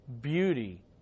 beauty